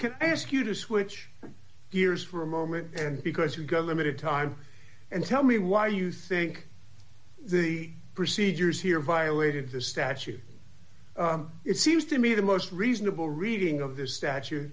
can i ask you to switch gears for a moment and because you go limited time and tell me why you think the procedures here violated the statute it seems to me the most reasonable reading of this statu